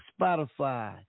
Spotify